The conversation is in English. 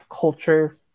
culture